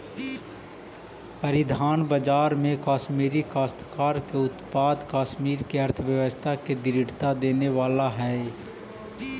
परिधान बाजार में कश्मीरी काश्तकार के उत्पाद कश्मीर के अर्थव्यवस्था के दृढ़ता देवे वाला हई